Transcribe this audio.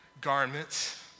garments